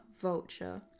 Vulture